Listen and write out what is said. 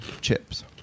chips